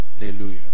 Hallelujah